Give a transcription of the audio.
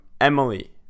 Emily